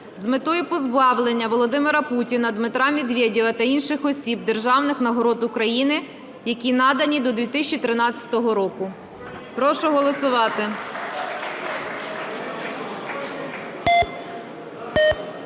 з метою позбавлення Володимира Путіна, Дмитра Медведєва та інших осіб державних нагород України, які надані до 2013 року. Прошу голосувати.